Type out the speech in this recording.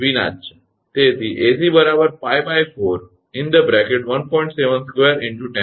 તેથી 𝐴𝑐 𝜋4 1